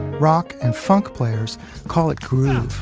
rock and funk players call it groove.